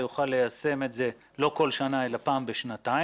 יוכל ליישם את זה לא כל שנה אלא פעם בשנתיים,